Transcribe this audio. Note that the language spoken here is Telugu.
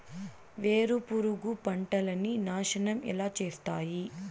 వేరుపురుగు పంటలని నాశనం ఎలా చేస్తాయి?